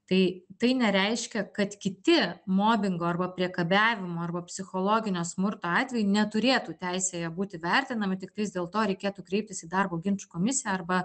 tai tai nereiškia kad kiti mobingo arba priekabiavimo arba psichologinio smurto atvejai neturėtų teisėje būti vertinami tiktais dėl to reikėtų kreiptis į darbo ginčų komisiją arba